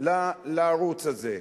לערוץ הזה.